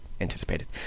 anticipated